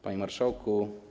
Panie Marszałku!